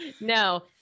No